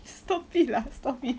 stop it lah stop it